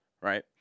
right